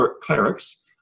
clerics